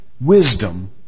wisdom